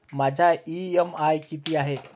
माझा इ.एम.आय किती आहे?